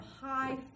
high